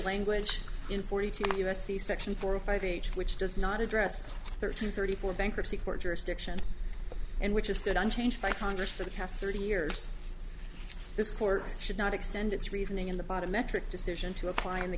language in forty two u s c section four of five age which does not address thirteen thirty four bankruptcy court jurisdiction and which has stood on change by congress for the past thirty years this court should not extend its reasoning in the bottom metric decision to apply in the